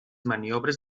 maniobres